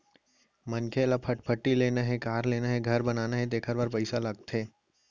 मनखे ल फटफटी लेना हे, कार लेना हे, घर बनाना हे तेखर बर पइसा लागथे